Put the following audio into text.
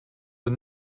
een